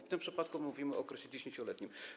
W tym przypadku mówimy o okresie 10-letnim.